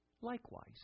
likewise